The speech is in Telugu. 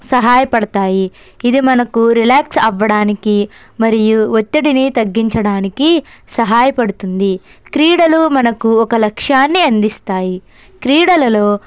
సహాయ పడతాయి ఇది మనకి రిలాక్స్ అవ్వడానికి మరియు ఒత్తిడిని తగ్గించడానికి సహాయపడుతుంది క్రీడలు మనకు ఒక లక్ష్యాన్ని అందిస్తాయి క్రీడలలో